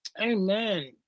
Amen